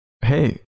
Hey